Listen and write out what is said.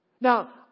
Now